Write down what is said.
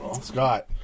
Scott